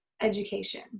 education